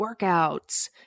workouts